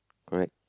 correct